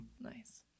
Nice